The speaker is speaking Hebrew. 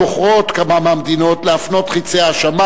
בוחרות כמה מהמדינות להפנות את חצי ההאשמה